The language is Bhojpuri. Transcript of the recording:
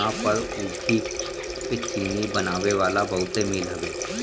इहां पर ऊखी के चीनी बनावे वाला बहुते मील हवे